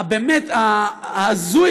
באמת ההזוי,